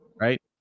right